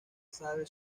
sabe